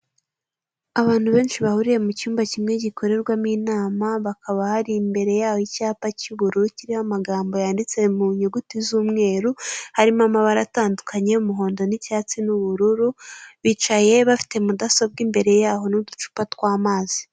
Abantu benshi bahuriye mu cyumba kimwe gikorerwamo inama bakaba hari imbere yabo icyapa cy'ubururu kiriho amagambo yanditse mu nyunguti z'umweru harimo amabara atandukanye umuhondo n'icyatsi n'ubururu bicaye bafite mudasobwa imbere yaho n'uducupa tw'amazi.